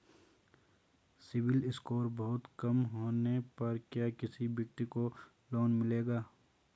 CIBIL score बहुत कम होने पर क्या किसी व्यक्ति को लोंन मिलेगा?